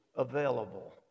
available